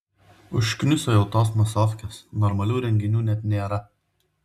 užkniso jau tos masofkės normalių renginių net nėra